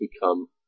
become